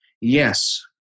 yes